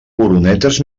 oronetes